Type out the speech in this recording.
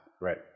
right